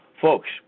Folks